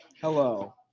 Hello